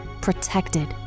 protected